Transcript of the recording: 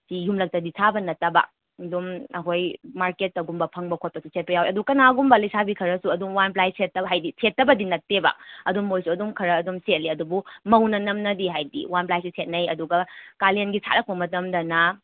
ꯁꯤ ꯌꯨꯝꯂꯛꯇꯗꯤ ꯁꯥꯕ ꯅꯠꯇꯕ ꯑꯗꯨꯝ ꯑꯩꯈꯣꯏ ꯃꯥꯔꯀꯦꯠꯇ ꯒꯨꯝꯕ ꯐꯪꯕ ꯈꯣꯠꯄꯁꯨ ꯁꯦꯠꯄ ꯌꯥꯎꯋꯦ ꯑꯗꯨ ꯀꯅꯥꯒꯨꯝꯕ ꯂꯩꯁꯥꯕꯤ ꯈꯔꯁꯨ ꯑꯗꯨꯝ ꯋꯥꯟ ꯄ꯭ꯂꯥꯏ ꯁꯦꯠꯇꯕ ꯍꯥꯏꯗꯤ ꯁꯦꯠꯇꯕꯗꯤ ꯅꯠꯇꯦꯕ ꯑꯗꯨꯝ ꯃꯣꯏꯁꯨ ꯑꯗꯨꯝ ꯈꯔ ꯑꯗꯨꯝ ꯁꯦꯠꯂꯤ ꯑꯗꯨꯕꯨ ꯃꯧꯅ ꯅꯝꯅꯗꯤ ꯍꯥꯏꯗꯤ ꯋꯥꯟ ꯄ꯭ꯂꯥꯏꯁꯤ ꯁꯦꯠꯅꯩ ꯑꯗꯨꯒ ꯀꯥꯂꯦꯟꯒꯤ ꯁꯥꯔꯛꯄ ꯃꯇꯝꯗꯅ